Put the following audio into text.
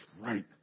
right